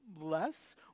less